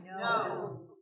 No